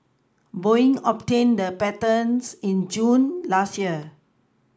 Boeing obtained the patents in June last year